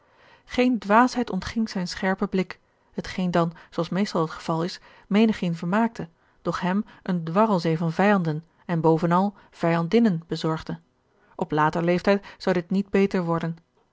geene dwaasheid ontging zijn scherpen blik hetgeen dan zooals meestal het geval is menigeen vermaakte doch hem eene dwarlzee van vijanden en bovenal vijandinnen bezorgde op later leeftijd zou dit niet beter worden